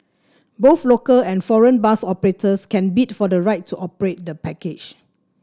both local and foreign bus operators can bid for the right to operate the package